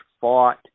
fought